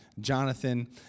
Jonathan